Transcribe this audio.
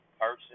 person